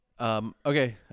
Okay